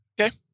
Okay